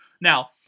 Now